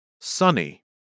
Sunny